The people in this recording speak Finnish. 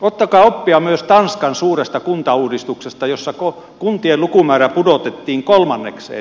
ottakaa oppia myös tanskan suuresta kuntauudistuksesta jossa kuntien lukumäärä pudotettiin kolmannekseen